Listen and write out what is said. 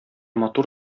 матур